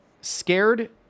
scared